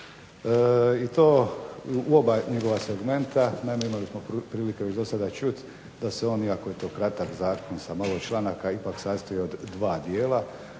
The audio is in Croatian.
i to u oba njegova segmenta, naime imali smo prilike već do sada čuti da se, iako je to kratak zakon, sa malo članaka ipak sastoji od dva dijela.